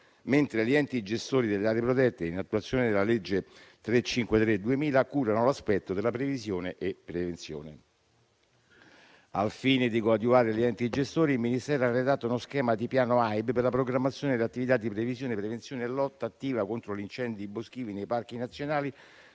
mentre gli enti gestori delle aree protette, in attuazione della legge n. 353 del 2000, curano, l'aspetto della previsione e prevenzione. Al fine di coadiuvare gli enti gestori, il Ministero ha redatto uno Schema di piano AIB per la programmazione delle attività di previsione, prevenzione e lotta attiva contro gli incendi boschivi nei parchi nazionali,